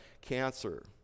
cancer